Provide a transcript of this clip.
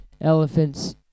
elephants